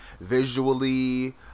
visually